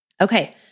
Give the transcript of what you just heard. Okay